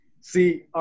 See